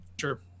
sure